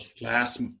last